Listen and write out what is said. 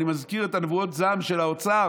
אני מזכיר את נבואות הזעם של האוצר